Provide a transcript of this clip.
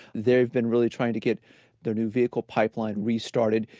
they've been really trying to get their new vehicle pipeline restarted.